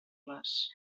les